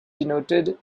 denoted